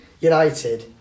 United